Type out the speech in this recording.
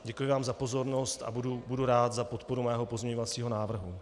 Děkuji vám za pozornost a budu rád za podporu mého pozměňovacího návrhu.